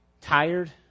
tired